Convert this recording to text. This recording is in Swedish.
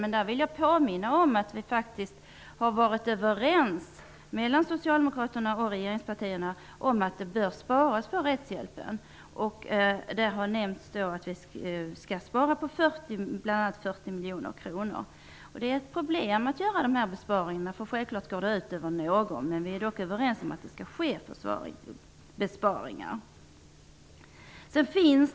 Jag vill påminna om att Socialdemokraterna och regeringspartierna faktiskt har varit överens om att det bör sparas på rättshjälpen. Det har bl.a. nämnts att vi skall spara 40 miljoner kronor. Det är problematiskt att göra de här besparingarna eftersom de självfallet går ut över någon. Vi är dock överens om att besparingar skall göras.